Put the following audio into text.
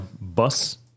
Bus